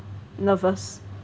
nervous